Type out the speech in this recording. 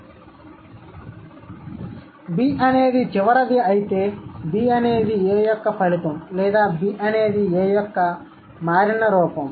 " B" అనేది చివరిది అయితే "B" అనేది "A" యొక్క ఫలితం లేదా "B" అనేది "A" యొక్క మారిన రూపం